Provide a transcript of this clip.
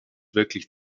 wirklich